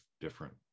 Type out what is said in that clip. different